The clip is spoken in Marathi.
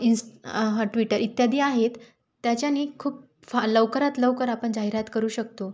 इज ट्विटर इत्यादी आहेत त्याच्याने खूप फा लवकरात लवकर आपण जाहिरात करू शकतो